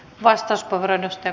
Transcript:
vastus kovenemista